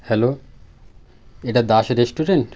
hello এটা Das restaurant